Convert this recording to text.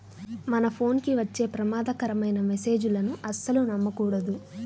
మన ఫోన్ కి వచ్చే ప్రమాదకరమైన మెస్సేజులను అస్సలు నమ్మకూడదు